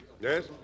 Yes